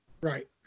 Right